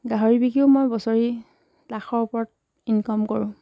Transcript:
গাহৰি বিকিও মই বছৰি লাখৰ ওপৰত ইনকম কৰোঁ